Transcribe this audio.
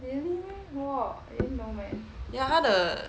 ya 他的